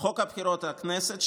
חוק הבחירות לכנסת,